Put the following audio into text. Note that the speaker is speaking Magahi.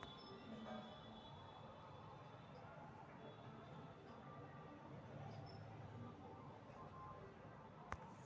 कच्चा सिल्क बनावे ला रेशम के कीड़ा पालल जाई छई